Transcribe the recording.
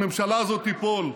הממשלה הזאת תיפול.